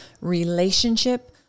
relationship